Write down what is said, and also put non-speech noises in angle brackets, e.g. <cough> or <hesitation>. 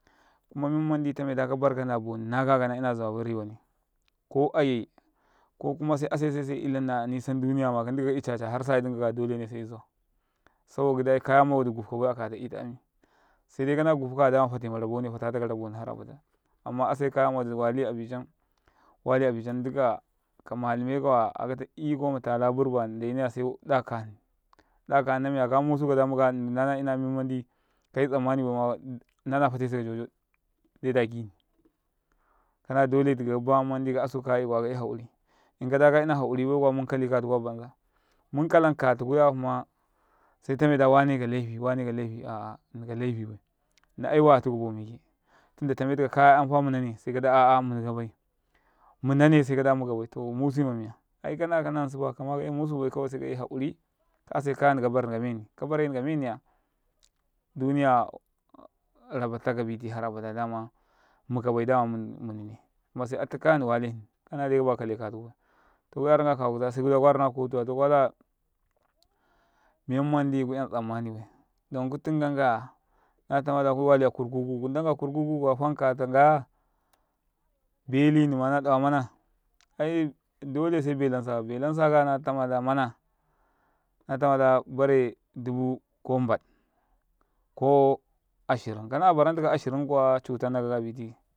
﻿Kuma men manɗi tame ɗakabarkan naboni nakaka na ina zawabai riwane’ ka kuma asese se illanna nisan duniyama ka nɗika kaϓu cacaya har sayadunkakaya ɗolene se ϓu zama saboda ɡidai kayama waɗi ɡufkabai akataita ami saidai kana ɡufkaya se ɗay kna ɡufkaya dama fatemarabone fata taka karaboni harabada amma ase kaya mawaɗi wali abicam wali abicm nɗukaya kamatume ka waya akata iko matala burba ndene kaya se ɗa ka hni ɗaka hni namiya ka musunni nana ina mem mandi kaϓu tsammani baima nana fatese kajojo ndeta ɡihni kana dole tikau ba mandika asu kaya I kuwa kaiyai hakuri kada ka ϓina akuri bai kuwa mumkani katukwa banza mun kalan ka tukuya hma se tameda waneka laifi wane ka laifi aa nnika laifi bai wane ka laifi aa nnika ai wayatuka bomike tinda tametika da ai kaya ai munane se kata ai mukabai to musuy mamiya aikana ka’ase kayani kabana kameni kabarene kameniya duniya rabatta kabiti hara bada dama mukabai dama munine kuma se astika yani waleni kana dai kaba kale katukubai to ku yaranka kawaya kuda se kwa rina ko tuya tokwala mem mamdi kwaϓam tsammani bai don kutinɡankaya na tama da kawali akurkuku ku ndan ka kurkuku kuwa fan kata nɡaya belinima na ɗawa mana <hesitation> dole se belansakau belansakaya na tama da mana na tamada bare dubu ko nbaɗ ko ashirin kana barantika ashirin kuwa cu tannaka biti.